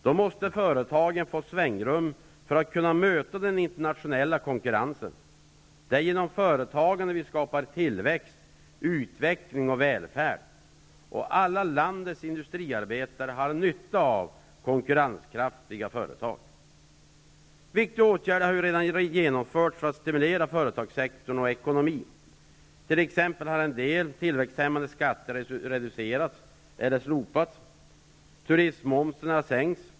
Företagen måste få svängrum för att kunna möta den internationella konkurrensen. Det är genom företagandet som vi skapar tillväxt, utveckling och välfärd. Landets alla industriarbetare har nytta av konkurrenskraftiga företag. Viktiga åtgärder har redan vidtagits för att stimulera företagssektorn och ekonomin. En del tillväxthämmnade skatter t.ex. har reducerats eller slopats. Turistmomsen har sänkts.